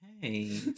Hey